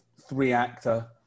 three-actor